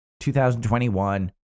2021